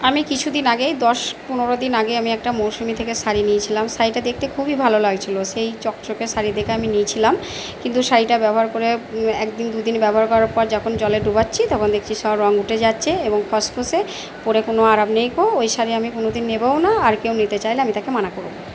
আমি কিছু দিন আগে দশ পনেরো দিন আগে আমি একটা মৌসুমি থেকে শাড়ি নিয়েছিলাম শাড়িটা দেখতে খুবই ভালো লাগছিলো সেই চকচকে শাড়ি দেখে আমি নিয়েছিলাম কিন্তু শাড়িটা ব্যবহার করে এক দিন দুদিন ব্যবহার করার পর যখন জলে ডোবাচ্ছি তখন দেখছি সব রঙ উঠে যাচ্ছে এবং খসখসে পরে কোনো আরাম নেই ওই শাড়ি আমি কোনো দিন নেবোও না আর কেউ নিতে চাইলে আমি তাকে মানা